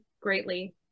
greatly